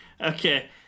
Okay